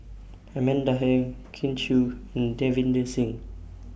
Amanda Heng Kin Chui and Davinder Singh